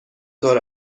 طور